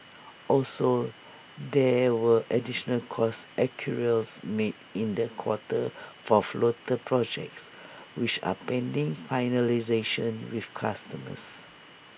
also there were additional cost accruals made in the quarter for floater projects which are pending finalisation with customers